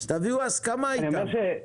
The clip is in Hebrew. תביאו הסכמה איתם.